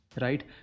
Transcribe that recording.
right